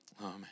Amen